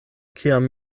kiam